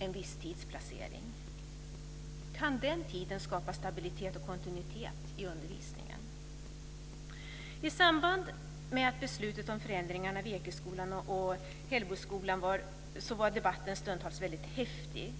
en visstidsplacering är. Kan den tiden skapa stabilitet och kontinuitet i undervisningen? Ekeskolan och Hällsboskolan var debatten stundtals väldigt häftig.